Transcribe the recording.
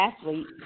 athlete